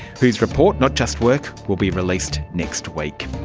whose report not just work will be released next week.